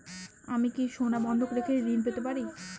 আমি কি সোনা বন্ধক রেখে ঋণ পেতে পারি?